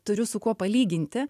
turiu su kuo palyginti